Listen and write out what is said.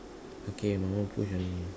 okay my one push only